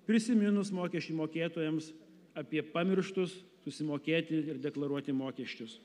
prisiminus mokesčių mokėtojams apie pamirštus susimokėti ir deklaruoti mokesčius